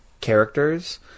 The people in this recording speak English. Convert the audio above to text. characters